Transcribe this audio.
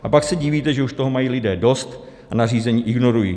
A pak se divíte, že už toho mají lidé dost a nařízení ignorují.